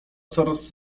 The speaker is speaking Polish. coraz